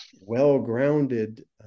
well-grounded